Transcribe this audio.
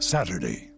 Saturday